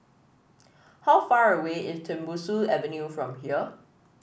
how far away is Tembusu Avenue from here